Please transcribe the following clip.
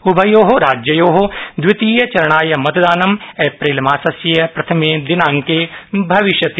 उभयो राज्ययो दवितीय चरणाय मतदानं एप्रिलमासस्य प्रथमे दिनांके भविष्यति